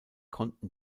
konnten